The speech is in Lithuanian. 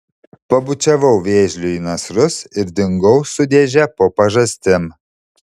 pabučiavau vėžliui į nasrus ir dingau su dėže po pažastim